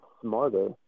smarter